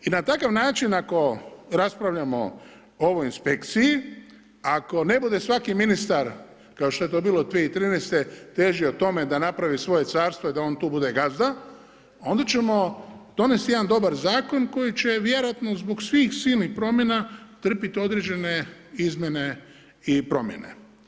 I na takav način ako raspravljamo o ovoj inspekciji, ako ne bude svaki ministar kao što je to bilo 2013. težio tome da napravi svoje carstvo i da on tu bude gazda, onda ćemo donesti jedan dobar zakon koji će vjerojatno zbog svih silnih promjena trpit određene izmjene i promjene.